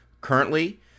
currently